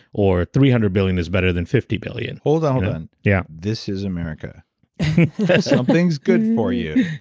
or three hundred billion is better than fifty billion hold on yeah this is america. if something's good for you,